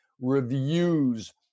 reviews